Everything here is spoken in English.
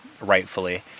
rightfully